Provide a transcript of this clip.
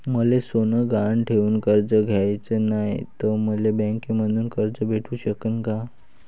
मले सोनं गहान ठेवून कर्ज घ्याचं नाय, त मले बँकेमधून कर्ज भेटू शकन का?